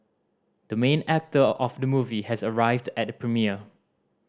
the main actor of the movie has arrived at the premiere